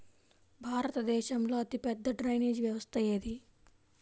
భారతదేశంలో అతిపెద్ద డ్రైనేజీ వ్యవస్థ ఏది?